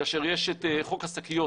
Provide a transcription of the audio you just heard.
כאשר יש את חוק השקיות,